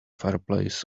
fireplace